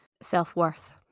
self-worth